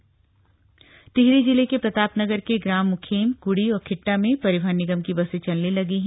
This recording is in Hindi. परिवहन निगम सेवा टिहरी जिले के प्रतापनगर के ग्राम म्खेम क्ड़ी और खिट्टा में परिवहन निगम की बसें चलने लगी हैं